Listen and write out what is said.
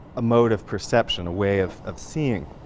a mode of perception, a way of of seeing?